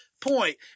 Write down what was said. Point